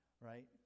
right